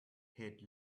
head